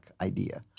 idea